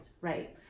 right